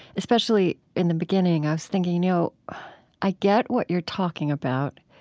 especially in the beginning, i was thinking, you know i get what you're talking about,